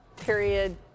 Period